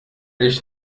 dich